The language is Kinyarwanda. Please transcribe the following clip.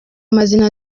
amazina